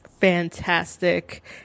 fantastic